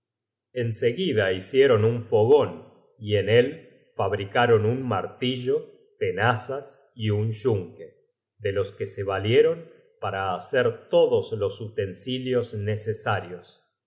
seguida hicieron un fogon y en él fabricaron un martillo tenazas y un yunque de los que se valieron para hacer todos los utensilios necesarios